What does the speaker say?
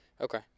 Okay